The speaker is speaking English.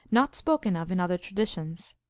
not spoken of in other traditions.